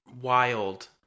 Wild